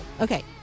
Okay